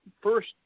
first